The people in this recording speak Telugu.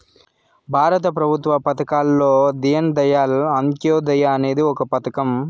భారత ప్రభుత్వ పథకాల్లో దీన్ దయాళ్ అంత్యోదయ అనేది ఒక పథకం